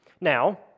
Now